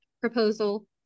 proposal